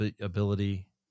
ability